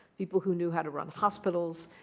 people who knew how to run hospitals,